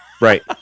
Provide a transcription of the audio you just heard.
right